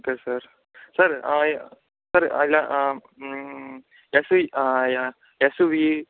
okay sir sir sir ఇలా SV SUV